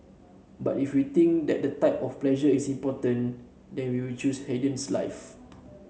but if we think that the type of pleasure is important then they will choose Haydn's life